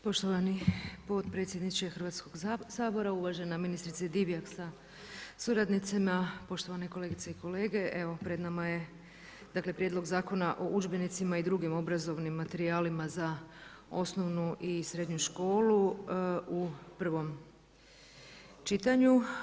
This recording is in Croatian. Poštovani potpredsjedniče Hrvatskoga sabora, uvažena ministrice Divjak sa suradnicima, poštovane kolegice i kolege, evo pred nama je prijedlog zakona o udžbenicima i drugim obrazovnim materijalima za osnovnu i srednju školu u prvom čitanju.